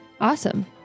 Awesome